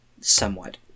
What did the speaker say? somewhat